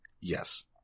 Yes